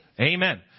Amen